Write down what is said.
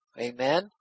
Amen